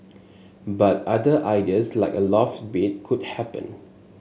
but other ideas like a loft bed could happen